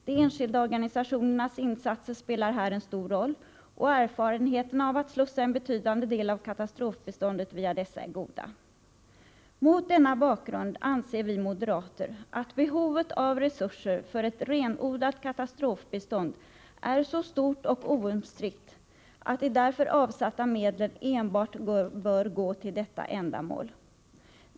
De enskilda organisationernas insatser spelar en stor roll, och erfarenheterna av att slussa en betydande del av katastrofbiståndet via dessa är goda. Mot denna bakgrund anser vi moderater att behovet av resurser för ett renodlat katastrofbistånd är så stort och oomstritt att de därför avsatta medlen enbart bör gå till detta ändamål.